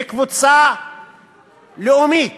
כקבוצה לאומית,